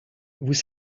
vous